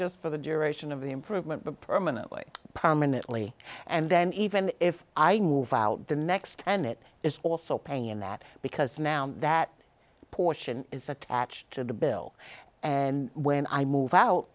just for the duration of the improvement but permanently permanently and then even if i move out the next and it is also paying in that because now that portion is attached to the bill and when i move out